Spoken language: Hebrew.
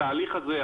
התהליך הזה,